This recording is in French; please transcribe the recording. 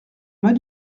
mas